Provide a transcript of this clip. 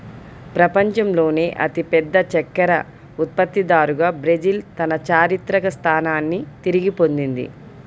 ప్రపంచంలోనే అతిపెద్ద చక్కెర ఉత్పత్తిదారుగా బ్రెజిల్ తన చారిత్రక స్థానాన్ని తిరిగి పొందింది